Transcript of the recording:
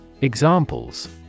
Examples